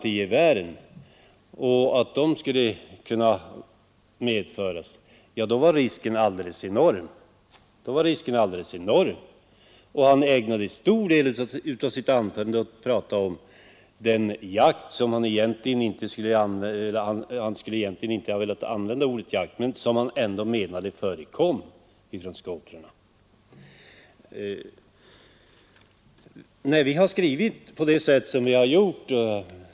Men när herr Lindberg sedan kom till frågan om gevären och om de skulle få medföras — ja, då var riskerna alldeles enorma! Herr Lindberg ägnade en stor del av sitt anförande till att tala om den jakt som han menade ändå förekom från snöskotrarna — även om han inte ville använda benämningen jägare i sammanhanget.